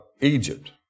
Egypt